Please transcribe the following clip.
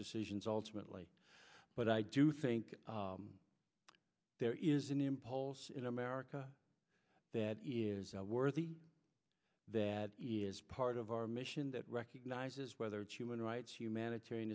decisions ultimately but i do think there is an impulse in america that is worthy that is part of our mission that recognizes whether it's human rights humanitarian